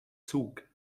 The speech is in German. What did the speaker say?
zug